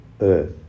Earth